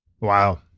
Wow